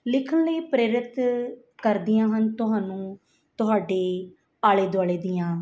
ਲਿਖਣ ਲਈ ਪ੍ਰੇਰਿਤ ਕਰਦੀਆਂ ਹਨ ਤੁਹਾਨੂੰ ਤੁਹਾਡੇ ਆਲੇ ਦੁਆਲੇ ਦੀਆਂ